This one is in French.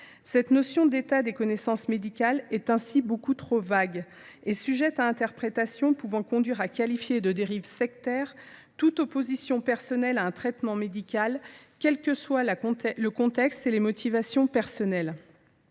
Cette notion d’état des connaissances médicales est beaucoup trop vague et sujette à interprétation. Elle peut ainsi conduire à qualifier de dérive sectaire toute opposition personnelle à un traitement médical, quels que soient le contexte et les motivations personnelles.